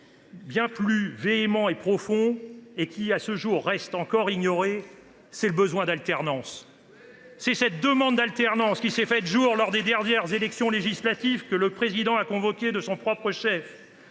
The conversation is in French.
bien plus véhément, profond, et qui à ce jour reste ignoré : le besoin d’alternance. C’est cette même demande d’alternance qui s’est fait jour lors des dernières élections législatives, que le Président a convoquées de son propre chef.